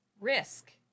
risk